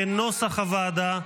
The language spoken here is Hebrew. כנוסח הוועדה,